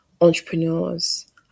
entrepreneurs